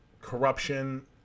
corruption